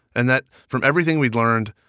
and that from everything we'd learned,